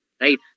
Right